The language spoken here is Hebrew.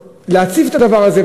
להציף את הדבר הזה.